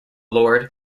lord